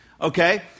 Okay